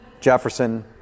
jefferson